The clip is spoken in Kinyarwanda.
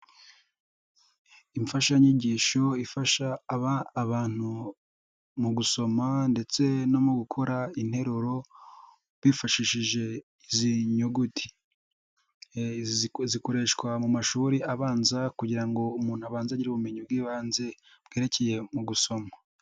Imfashanyigisho ifasha abantu mu gusoma ndetse no mu gukora interuro bifashishije izi nyuguti, zikoreshwa mu mashuri abanza kugira ngo umuntu abanze agire ubumenyi bw'ibanze bwerekeye mu gusoma.